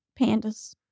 Pandas